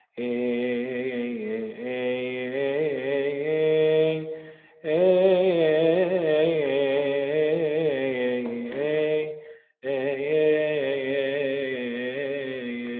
a a a